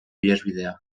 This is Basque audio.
ihesbidea